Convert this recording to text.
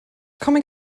comic